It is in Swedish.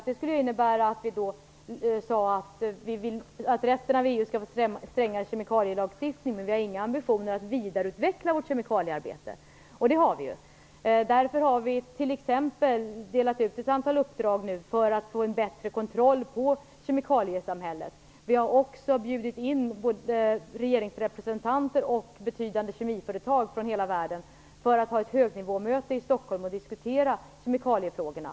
Det skulle innebära att vi vill att resten av EU skall få strängare kemikalielagstiftning men att vi inte har några ambitioner att vidareutveckla vårt kemikaliearbete, och det har vi ju. Därför har regeringen t.ex. nu delat ut ett antal uppdrag för att få en bättre kontroll på kemikaliesamhället. Vi har också bjudit in både regeringsrepresentanter och betydande kemiföretag från hela världen för att ha ett högnivåmöte i Stockholm och diskutera kemikaliefrågorna.